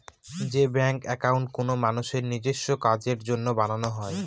যে bank account কোনো মানুষের নিজেস্ব কাজের জন্য বানানো হয়